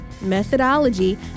methodology